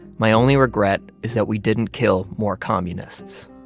my only regret is that we didn't kill more communists.